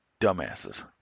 dumbasses